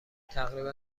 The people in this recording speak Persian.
تقریبا